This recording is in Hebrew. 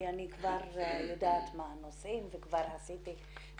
כי אני כבר יודעת מה הנושאים ועשיתי סיורים,